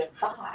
five